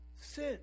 sin